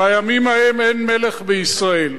בימים ההם אין מלך בישראל.